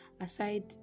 aside